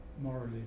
morally